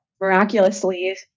miraculously